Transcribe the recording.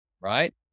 right